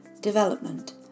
Development